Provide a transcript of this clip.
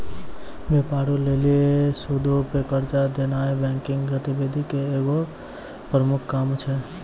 व्यापारो लेली सूदो पे कर्जा देनाय बैंकिंग गतिविधि के एगो प्रमुख काम छै